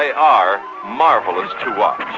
are marvelous to watch.